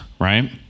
right